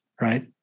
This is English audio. Right